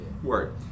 Word